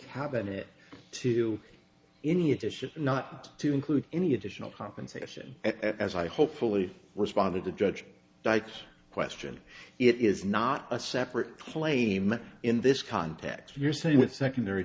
cabinet to any additional not to include any additional compensation as i hopefully responded to judge dykes question it is not a separate claim in this context you're saying with secondary